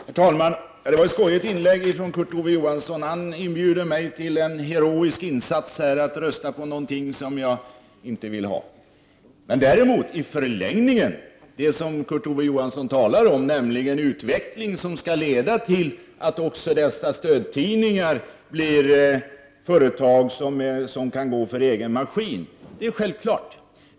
Herr talman! Det var ett skojigt inlägg! Kurt Ove Johansson inbjuder mig alltså att göra en heroisk insats och rösta för något som jag inte vill ha. Vidare talade Kurt Ove Johansson om en utveckling som skall leda till att också de tidningar som får stöd blir företag som kan gå för egen maskin. Ja, det är en självklarhet.